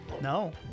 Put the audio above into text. No